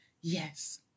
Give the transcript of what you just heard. yes